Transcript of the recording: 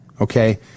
okay